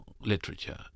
literature